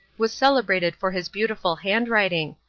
was celebrated for his beautiful handwriting,